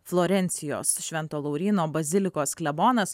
florencijos švento lauryno bazilikos klebonas